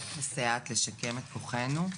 מסייעת לשקם את כוחנו.